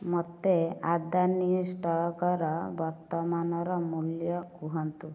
ମୋତେ ଆଦାନୀ ଷ୍ଟକ୍ ର ବର୍ତ୍ତମାନର ମୂଲ୍ୟ କୁହନ୍ତୁ